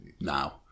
now